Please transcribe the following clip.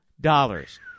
dollars